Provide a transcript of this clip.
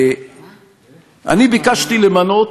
אני ביקשתי למנות